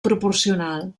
proporcional